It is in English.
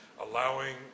allowing